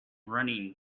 running